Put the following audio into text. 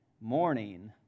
morning